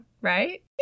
right